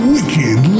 Wicked